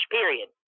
period